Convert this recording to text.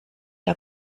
der